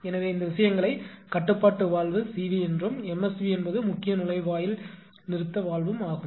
எனவே இந்த விஷயங்களை கட்டுப்பாடு வால்வு CV என்றும் MSV என்பது முக்கிய நுழைவாயில் நிறுத்த வால்வும் ஆகும்